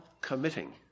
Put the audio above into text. committing